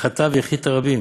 חטא והחטיא את הרבים,